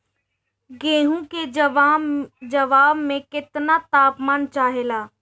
गेहू की जमाव में केतना तापमान चाहेला?